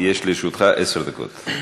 לרשותך עשר דקות.